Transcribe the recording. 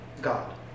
God